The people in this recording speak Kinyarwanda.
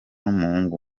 n’umuhungu